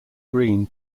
green